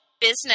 business